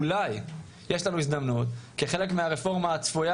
אולי יש לנו הזדמנות כחלק מהרפורמה הצפויה